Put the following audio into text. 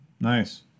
Nice